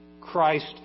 Christ